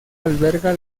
alberga